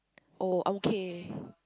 oh I'm okay